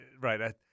Right